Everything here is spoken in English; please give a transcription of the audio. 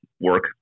work